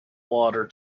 water